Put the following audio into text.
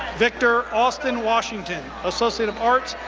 victor austin washington, associate of arts,